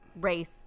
race